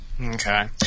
Okay